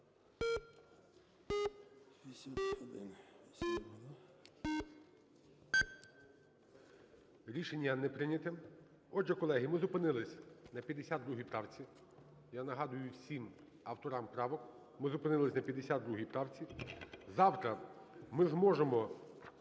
Рішення не прийнято. Отже, колеги, ми зупинились на 52 правці. Я нагадую всім авторам правок: ми зупинились на 52 правці. Завтра ми зможемо